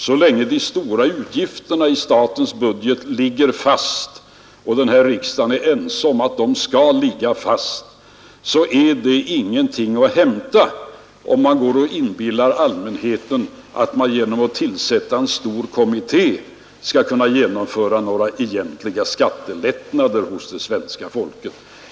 Så länge de stora utgifterna i statens budget ligger fast och riksdagen är enig om att de skall ligga fast finns det ingenting att hämta, om man går och inbillar allmänheten att man genom att tillsätta en stor kommitté skall kunna genomföra några egentliga skattelättnader för det svenska folket.